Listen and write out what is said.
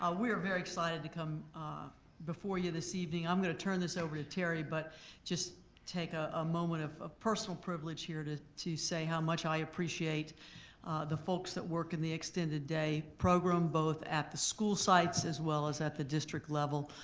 ah we are very excited to come before you this evening. i'm gonna turn this over to terry but just take a ah moment of of personal privilege here to to say how much i appreciate the folks that work in the extended day program, both at the school sites as well as at the district level.